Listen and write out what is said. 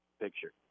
picture